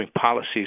policies